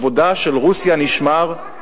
כבודה של רוסיה נשמר,